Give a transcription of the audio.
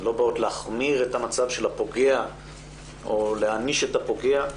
הן לא באות להחמיר את המצב של הפוגע או להעניש את הפוגע,